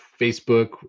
Facebook